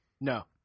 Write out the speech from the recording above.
No